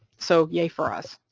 so yay for us.